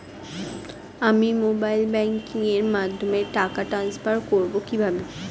আমি mobile banking এর মাধ্যমে টাকা টান্সফার করব কিভাবে?